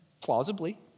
plausibly